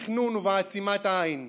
בתכנון ובעצימת עין.